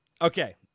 Okay